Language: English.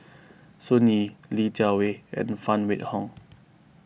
Sun Yee Li Jiawei and Phan Wait Hong